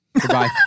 Goodbye